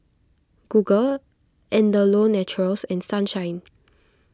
Google Andalou Naturals and Sunshine